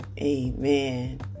Amen